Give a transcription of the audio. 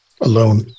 alone